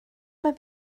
mae